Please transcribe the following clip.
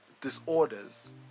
disorders